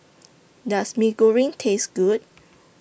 Does Mee Goreng Taste Good